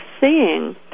seeing